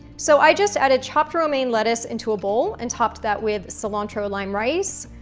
so i just added chopped romaine lettuce into a bowl and topped that with cilantro lime rice,